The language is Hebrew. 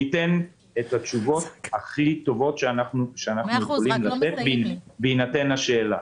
נענה את התשובות הכי טובות שאנחנו יכולים לענות בהינתן השאלה.